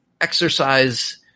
exercise